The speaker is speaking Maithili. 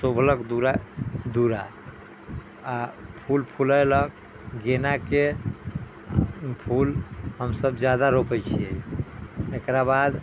शोभलक दूरा आ फूल फूलेलेक गेना के फूल हमसब जादा रोपै छियै एकरा बाद